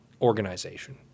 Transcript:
organization